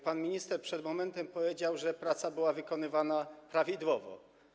Pan minister przed momentem powiedział, że praca była wykonywana prawidłowo.